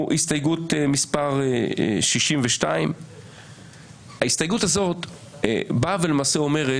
הסתייגות מס' 62. ההסתייגות הזאת באה ואומרת למעשה: